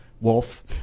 Wolf